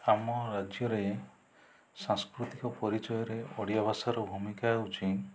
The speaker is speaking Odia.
ଆମ ରାଜ୍ୟରେ ସାଂସ୍କୃତିକ ପରିଚୟରେ ଓଡ଼ିଆ ଭାଷାର ଭୂମିକା ହେଉଛି